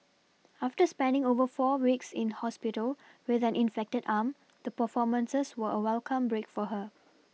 after spending over four weeks in hospital with an infected arm the performances were a welcome break for her